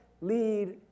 lead